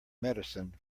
medicine